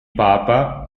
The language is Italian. papa